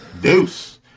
Deuce